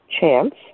Chance